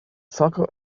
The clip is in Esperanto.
sako